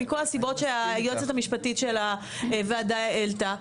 מכל הסיבות שהיועצת המשפטית של הוועדה העלתה.